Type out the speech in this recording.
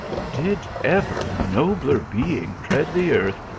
did ever nobler being tread the earth,